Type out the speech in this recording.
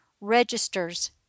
registers